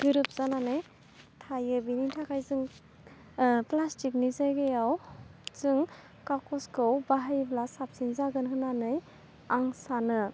गोरोब जानानै थायो बिनि थाखाय जों प्लाष्टिकनि जायगायाव जों खागजखौ बाहायब्ला साबसिन जागोन होननानै आं सानो